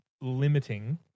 limiting